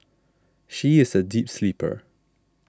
she is a deep sleeper